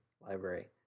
library